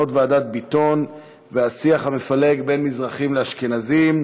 4384 ו-4405 בנושא: מסקנות ועדת ביטון והשיח המפלג בין מזרחים לאשכנזים.